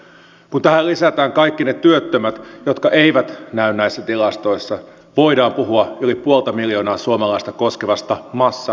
kun tähän lisätään kaikki ne työttömät jotka eivät näy näissä tilastoissa voidaan puhua yli puolta miljoonaa suomalaista koskevasta massatyöttömyydestä